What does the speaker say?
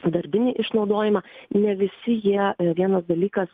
darbinį išnaudojimą ne visi jie vienas dalykas